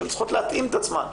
שצריכות להתאים את עצמן.